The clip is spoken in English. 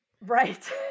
Right